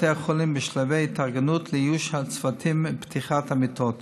בתי החולים בשלבי התארגנות לאיוש צוותים ופתיחת המיטות.